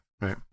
right